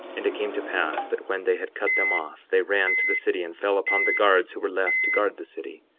and it came to pass that when they had cut them off, they ran to the city and fell upon the guards who were left to guard the city,